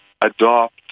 adopt